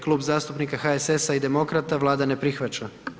Klub zastupnika HSS-a i Demokrata Vlada ne prihvaća.